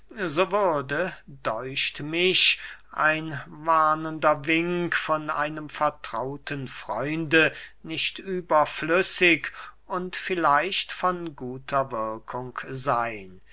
mich ein warnender wink von einem vertrauten freunde nicht überflüssig und vielleicht von guter wirkung seyn